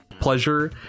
pleasure